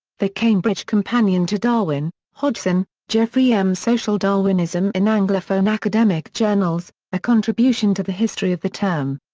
the cambridge companion to darwin hodgson, geoffrey m. social darwinism in anglophone academic journals a contribution to the history of the term.